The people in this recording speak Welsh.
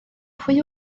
pwy